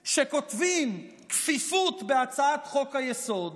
שכותבים: כפיפות בהצעת חוק-היסוד,